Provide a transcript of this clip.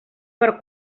per